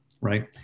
right